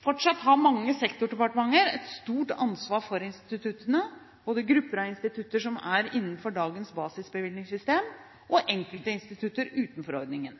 Fortsatt har mange sektordepartementer et stort ansvar for instituttene, både grupper av institutter som er innenfor dagens basisbevilgningssystem, og enkeltstående institutter utenfor ordningen.